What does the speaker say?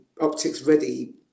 optics-ready